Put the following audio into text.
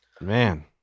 man